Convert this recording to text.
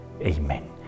Amen